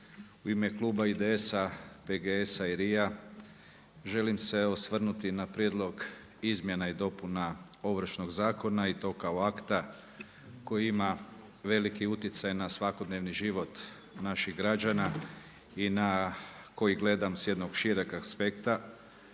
u ime Kluba IDS-PGS-RI želim se evo osvrnuti na prijedlog izmjena i dopuna ovršnog zakona i to kao akta koji ima veliki utjecaj na svakodnevni život naših građana i na koji gledam s jednog šireg aspekta.